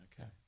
Okay